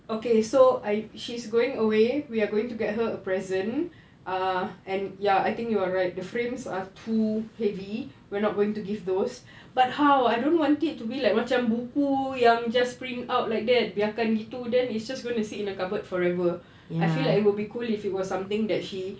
okay so I she's going away we're going to get her a present ah and ya I think you're right the frames are too heavy we're not going to give those but how I don't want it to be like macam buku yang just print out like that biarkan gitu then it's just gonna sit in a cupboard forever I feel like it will be cool if it was something that she